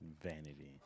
Vanity